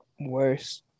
worse